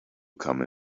come